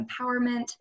empowerment